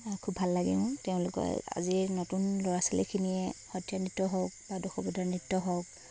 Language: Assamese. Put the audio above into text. খুব ভাল লাগে মোৰ তেওঁলোকৰ আজিৰ নতুন ল'ৰা ছোৱালীখিনিয়ে সত্ৰীয়া নৃত্য হওক বা দশাৱতাৰ নৃত্য হওক